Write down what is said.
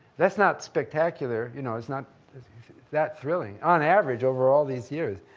that's not spectacular. you know, it's not that thrilling, on average, over all these years.